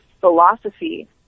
philosophy